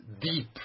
deep